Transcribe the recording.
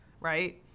right